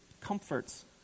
comforts